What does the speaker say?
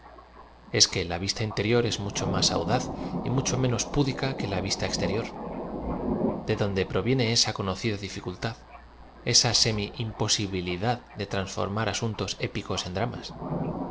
es que la vista interior es mucho más audaz y mucho menos púdica que la vista exterior de donde proviene esa conocida dificultad esasemi imposlbilidadde transformar asun tos épicos en dramas